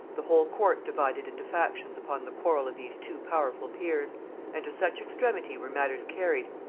the whole court divided into factions upon the quarrel of these two powerful peers and to such extremity were matters carried,